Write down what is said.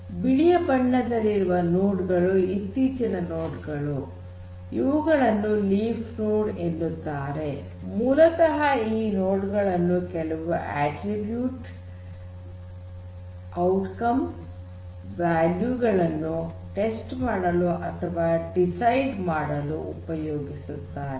ಬಿಳಿಯ ಬಣ್ಣದಲ್ಲಿರುವ ನೋಡ್ ಗಳು ಇತ್ತೀಚಿನ ನೋಡ್ ಗಳು ಇವುಗಳನ್ನು ಲೀಫ್ ನೋಡ್ ಎನ್ನುತ್ತಾರೆ ಮೂಲತಃ ಈ ನೋಡ್ ಗಳನ್ನು ಕೆಲವು ಅಟ್ರೀಬ್ಯುಟ್ ಔಟ್ಕಮ್ ವ್ಯಾಲ್ಯೂ ಗಳನ್ನು ಟೆಸ್ಟ್ ಮಾಡಲು ಅಥವಾ ಡಿಸೈಡ್ ಮಾಡಲು ಉಪಯೋಗಿಸುತ್ತಾರೆ